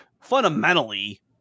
fundamentally